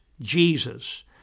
Jesus